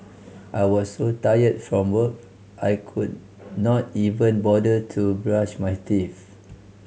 I was so tired from work I could not even bother to brush my teeth